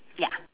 ya